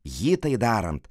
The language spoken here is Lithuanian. jį tai darant